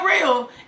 real